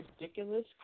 ridiculous